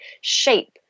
shape